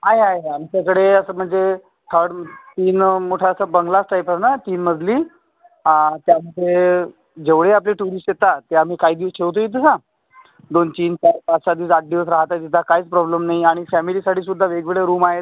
आहे आहे हे आमच्याकडे असं म्हणजे थर्ड तीन मोठा असा बंगलाच टाईप हो ना तीन मजली ते आमचे जेवढे आपले टुरिस्ट येतात ते आम्ही काही दिवस ठेवतो इथे जा दोन तीन चार पाच सहा दिवस आठ दिवस राहतात येतात काहीच प्रॉब्लम नाही आणि फॅमिलीसाठीसुद्धा वेगवेगळे रूम आहेत